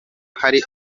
hari